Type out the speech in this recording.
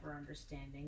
understanding